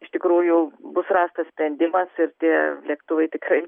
iš tikrųjų bus rastas sprendimas ir tie lėktuvai tikrai